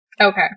okay